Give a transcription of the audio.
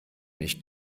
nicht